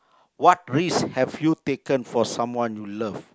what risk have you taken for someone you love